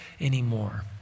anymore